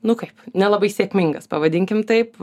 nu kaip nelabai sėkmingas pavadinkim taip